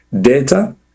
data